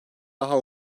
daha